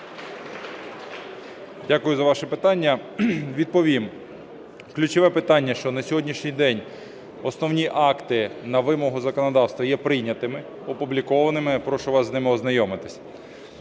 Дякую за ваше питання. Відповім. Ключове питання, що на сьогоднішній день основні акти на вимогу законодавства є прийнятими, опублікованими, і прошу вас з ними ознайомитись.